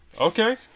Okay